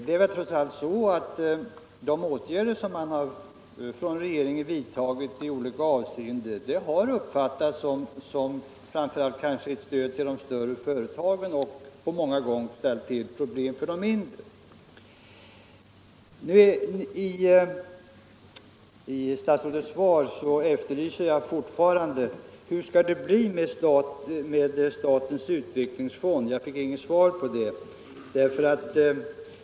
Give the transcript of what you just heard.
De åtgärder i olika avseenden som regeringen har vidtagit har uppfattats som ett stöd framför allt till de större företagen och har många gånger ställt till problem för de mindre. Jag efterlyser fortfarande statsrådets svar på min fråga hur det skall bli med statens utvecklingsfond. Jag fick inget svar på den.